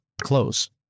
Close